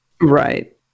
right